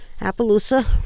Appaloosa